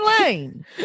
lane